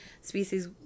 species